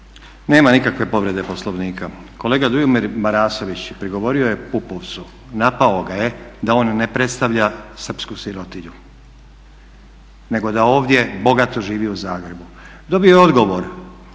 Nema nikakve povrede Poslovnika. Kolega Dujomir Marasović prigovorio je Pupovcu, napao ga je da on ne predstavlja srpsku sirotinju nego da ovdje bogato živi u Zagrebu. Dobio je odgovor